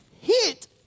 hit